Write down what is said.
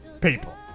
people